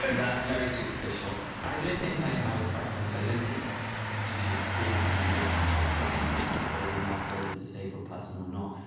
that's very superficial. i don't think i ah have a preference, i don't think you should pre-emptively decide whether you want to fall in love with a disabled person or not.